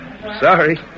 Sorry